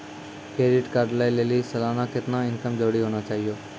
Credit card लय लेली सालाना कितना इनकम जरूरी होना चहियों?